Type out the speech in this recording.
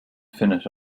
finish